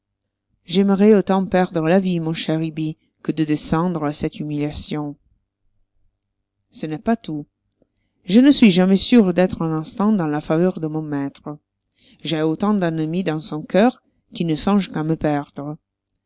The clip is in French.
j'aimerois autant perdre la vie mon cher ibbi que de descendre à cette humiliation ce n'est pas tout je ne suis jamais sûr d'être un instant dans la faveur de mon maître j'ai autant d'ennemies dans son cœur qui ne songent qu'à me perdre